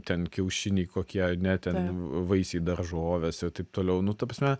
ten kiaušiniai kokie ane ten vaisiai daržovės ir taip toliau nu ta prasme